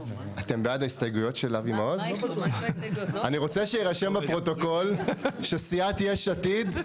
אני רוצה שיירשם בפרוטוקול שסיעת "יש עתיד"